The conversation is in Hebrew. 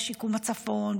בשיקום הצפון,